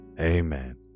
Amen